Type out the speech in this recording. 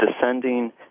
descending